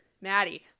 Maddie